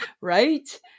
Right